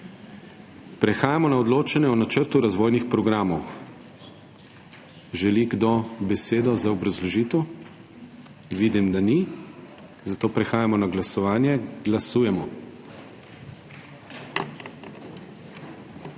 Prehajamo na odločanje o načrtu razvojnih programov. Želi kdo besedo za obrazložitev? Vidim, da ni, zato prehajamo na glasovanje. Glasujemo.